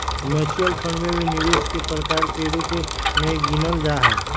mutual fund भी निवेश के प्रकार के रूप में गिनल जाहई